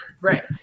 Right